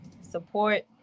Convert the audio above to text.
Support